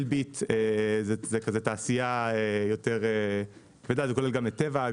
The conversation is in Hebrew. אלביט, וזה כולל גם את טבע.